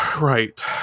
right